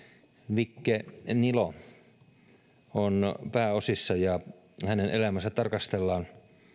vikke nilo on pääosassa ja hänen elämäänsä tarkastellaan